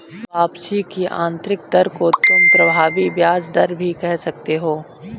वापसी की आंतरिक दर को तुम प्रभावी ब्याज दर भी कह सकते हो